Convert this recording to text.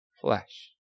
flesh